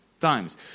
times